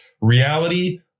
reality